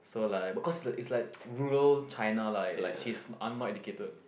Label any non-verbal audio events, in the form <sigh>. so like because it it's like <noise> rural China lah like she's un~ not educated